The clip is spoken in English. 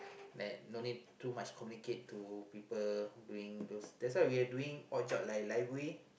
that no need too much communicate to people doing those that's why we have doing odd jobs like library